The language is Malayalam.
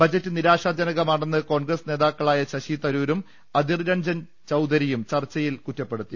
ബജറ്റ് നിരാശാജനകമാണെന്ന് കോൺഗ്രസ് നേതാക്കളായ ശശി തരൂരും അധിർരഞ്ജൻ ചൌദരിയും ചർച്ചയിൽ കുറ്റപ്പെടുത്തി